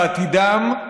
לעתידם,